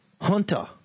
Hunter